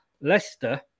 leicester